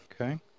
Okay